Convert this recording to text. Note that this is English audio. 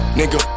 nigga